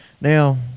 Now